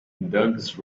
dogs